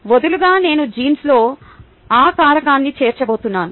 వదులుగా నేను జీన్స్లో ఆ కారకాన్ని చేర్చబోతున్నాను